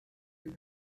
are